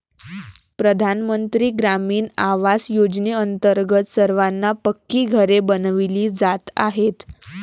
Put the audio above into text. प्रधानमंत्री ग्रामीण आवास योजनेअंतर्गत सर्वांना पक्की घरे बनविली जात आहेत